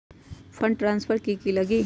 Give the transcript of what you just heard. Fund transfer कि की लगी?